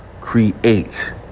create